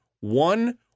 one